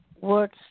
Words